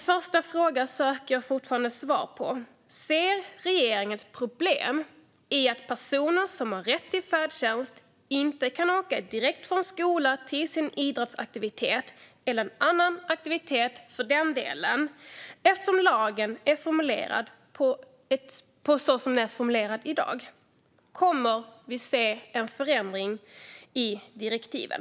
Återigen: Jag söker fortfarande svar på min första fråga. Ser regeringen ett problem med att personer som har rätt till färdtjänst inte kan åka direkt från skolan till sin idrottsaktivitet eller en annan aktivitet för den delen med tanke på hur lagen i dag är formulerad? Kommer vi att få se en förändring i direktiven?